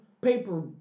paper